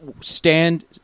stand